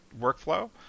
workflow